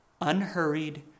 unhurried